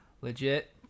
Legit